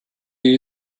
you